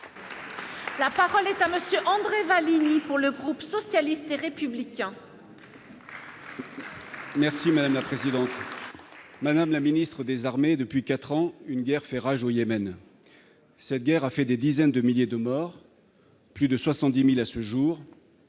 La parole est à Monsieur André Vallini pour le groupe socialiste et républicain. Merci madame la présidente, madame la Ministre des armées depuis 4 ans une guerre fait rage au Yémen, cette guerre a fait des dizaines de milliers de morts. Plus de 70000 à ce jour,